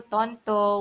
Tonto